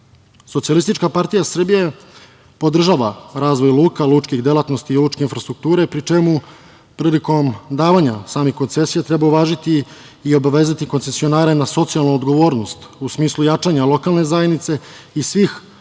takse. Socijalistička partije Srbije podržava razvoju luk, lučkih delatnosti i lučke infrastrukture, pri čemu prilikom davanja samih koncesija treba uvažiti i obavezati koncesionare na socijalnu odgovornost u smislu jačanja lokalne zajednice i svih lokalnih